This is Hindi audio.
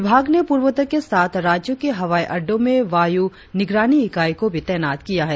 विभाग ने पूर्वोत्तर के सात राज्यों के हवाई अड़डों में वायु निगरानी इकाई को भी तैनात किया है